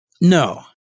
No